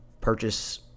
purchase